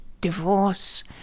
divorce